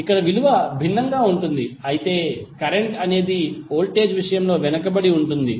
ఇక్కడ విలువ భిన్నంగా ఉంటుంది అయితే కరెంట్ అనేది వోల్టేజ్ విషయంలో వెనుకబడి ఉంటుంది